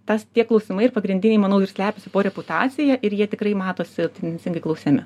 tas tie klausimai ir pagrindiniai manau ir slepiasi po reputacija ir jie tikrai matosi tendencingai klausiami